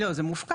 לא, זה מפוקע.